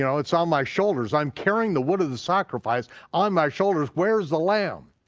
you know it's on my shoulders, i'm carrying the wood of the sacrifice on my shoulders, where is the lamb?